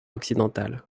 occidental